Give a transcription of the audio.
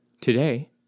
Today